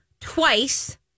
twice